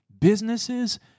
businesses